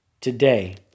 today